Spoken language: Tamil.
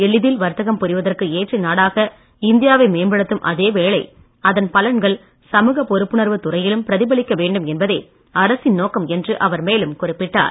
எளிதில் வர்த்தகம் புரிவதற்கு ஏற்ற நாடாக இந்தியாவை மேம்படுத்தும் அதே வேளை அதன் பலன்கள் சமூகப் பொறுப்புணர்வு துறையிலும் பிரதிபலிக்க வேண்டும் என்பதே அரசின் நோக்கம் என்று அவர் மேலும் குறிப்பிட்டார்